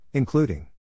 Including